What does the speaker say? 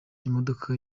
imodoka